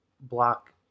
block